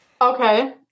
Okay